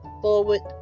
forward